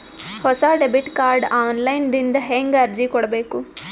ಹೊಸ debit card online ದಿಂದ ಹೇಂಗ ಅರ್ಜಿ ಕೊಡಬೇಕು?